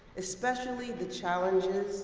especially the challenges,